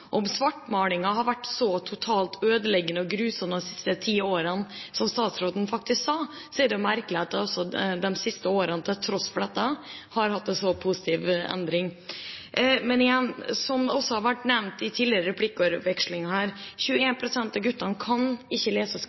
Om svartmalingen har vært så totalt ødeleggende og grusom de siste ti årene som statsråden faktisk sa, er det merkelig at man de siste årene, til tross for dette, har hatt en så positiv endring. Men igjen, som det også har vært nevnt i tidligere replikkordvekslinger: 21 pst. av guttene kan ikke lese og